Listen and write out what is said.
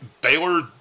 Baylor